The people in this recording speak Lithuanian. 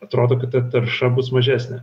atrodo kad ta tarša bus mažesnė